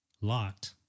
Lot